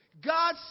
God